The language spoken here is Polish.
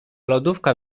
lodówka